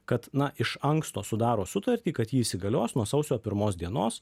kad na iš anksto sudaro sutartį kad ji įsigalios nuo sausio pirmos dienos